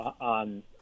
on